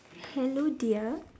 hello dear